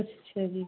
ਅੱਛਾ ਜੀ